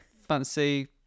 fancy